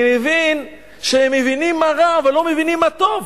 אני מבין שהם מבינים מה רע אבל לא מבינים מה טוב.